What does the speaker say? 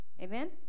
Amen